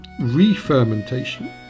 re-fermentation